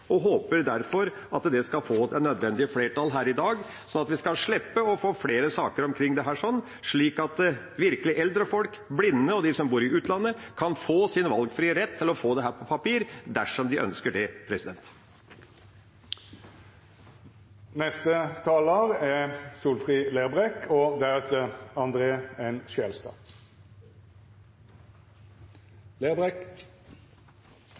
og vi håper derfor at det skal få det nødvendige flertall her i dag – slik at vi skal slippe å få flere saker om dette, og slik at virkelig eldre folk, blinde og de som bor i utlandet, kan få sin valgfrie rett til å få dette på papir dersom de ønsker det. Eg hugsar då foreldra mine fekk sin første datamaskin og